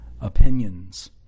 opinions